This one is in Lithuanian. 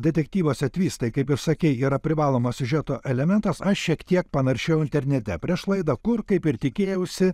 detektyvuose tvistai kaip ir sakei yra privalomas siužeto elementas aš šiek tiek panaršiau internete prieš laidą kur kaip ir tikėjausi